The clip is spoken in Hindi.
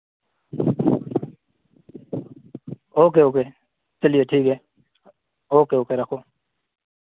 ओके ओके चलिए ठीक है ओके ओके रखो